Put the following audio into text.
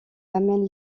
amène